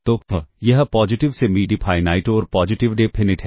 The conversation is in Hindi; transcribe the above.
तो यह पॉजिटिव सेमी डिफाइनाइट और पॉजिटिव डेफिनिट है